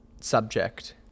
subject